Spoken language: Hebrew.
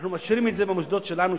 אנחנו מאשרים את זה במוסדות שלנו,